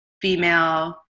female